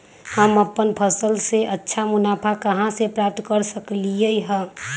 हम अपन फसल से अच्छा मुनाफा कहाँ से प्राप्त कर सकलियै ह?